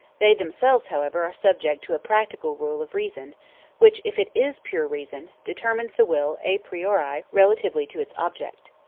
they themselves, however, are subject to a practical rule of reason which, if it is pure reason, determines the will a priori relatively to its object.